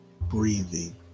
breathing